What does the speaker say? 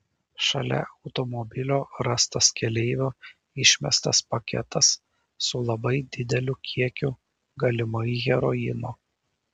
šalia automobilio rastas keleivio išmestas paketas su labai dideliu kiekiu galimai heroino